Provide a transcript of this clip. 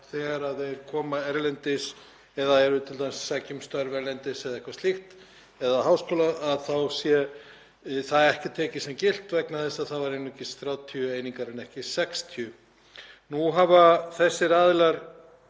þegar þeir koma erlendis eða eru t.d. sækja um störf erlendis eða eitthvað slíkt eða háskóla að þá sé það ekki tekið sem gilt vegna þess að það eru einungis 30 einingar en ekki 60. Nú hafa þessir aðilar